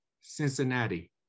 Cincinnati